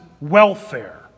welfare